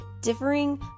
differing